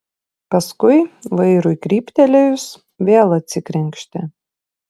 paskui vairui kryptelėjus vėl atsikrenkštė